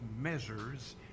measures